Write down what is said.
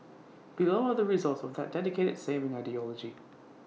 below are the results of that dedicated saving ideology